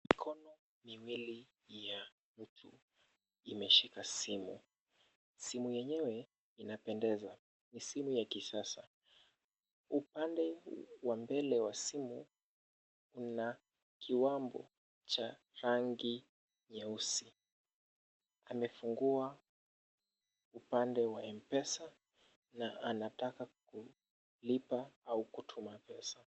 Mikono miwili ya mtu imeshika simu, simu yenyewe inapendeza ni simu ya kisasa. Upande wa mbele wa simu una kiwambo cha rangi nyeusi, amefungua upande wa M-Pesa na anataka kulipa au kutuma pesa.